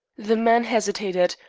the man hesitated,